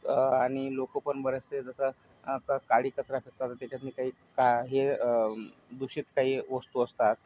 आणि लोकं पण बरेचसे जसं आता काडी कचरा फेकतात तर त्याच्यातनं काही हे दूषित काही वस्तू असतात